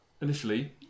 initially